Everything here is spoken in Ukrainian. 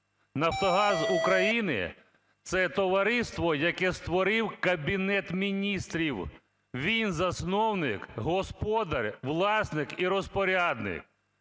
"Нафтогаз України" – це товариство, яке створив Кабінет Міністрів, він засновник, господар, власник і розпорядник.